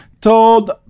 told